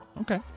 Okay